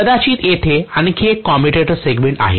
कदाचित येथे आणखी एक कम्युटेटर सेगमेंट आहे